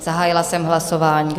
Zahájila jsem hlasování.